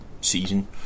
season